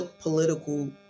political